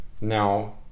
Now